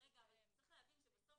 צריך להבין שבסוף